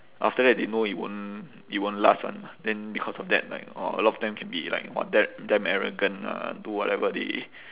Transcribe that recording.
after that they know it won't it won't last [one] lah then because of that like orh a lot of them can be like !wah! da~ damn arrogant uh do whatever they